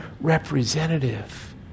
representative